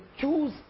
choose